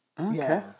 Okay